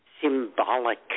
symbolic